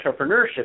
entrepreneurship